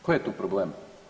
Koji je tu problem?